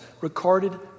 recorded